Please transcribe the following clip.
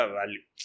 value